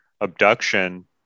abduction